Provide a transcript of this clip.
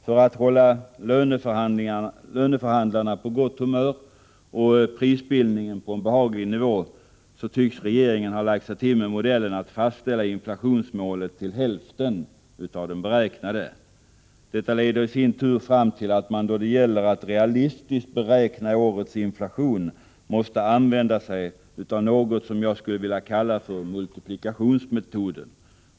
För att hålla löneförhandlarna på gott humör och prisbildningen på en behaglig nivå tycks regeringen ha lagt sig till med modellen att fastställa inflationsmålet till hälften av det beräknade. Detta leder i sin tur fram till att man då det gäller att realistiskt beräkna årets inflation måste använda sig av något som jag skulle vilja kalla för multiplikationsmetoden.